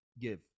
give